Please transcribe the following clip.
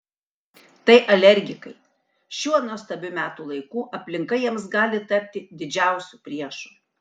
tai alergikai šiuo nuostabiu metų laiku aplinka jiems gali tapti didžiausiu priešu